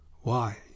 Why